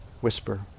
whisper